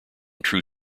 true